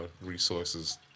resources